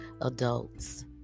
adults